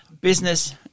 business